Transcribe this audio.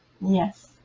Yes